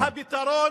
תראו,